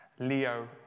Leo